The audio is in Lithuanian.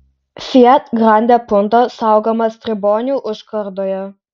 fiat grande punto saugomas tribonių užkardoje